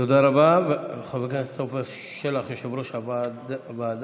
תודה רבה, חבר הכנסת עופר שלח, יושב-ראש הוועדה.